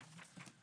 טוב.